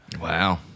Wow